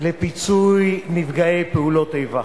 לפיצוי נפגעי פעולות איבה.